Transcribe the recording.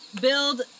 build